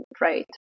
right